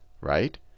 right